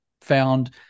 found